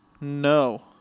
No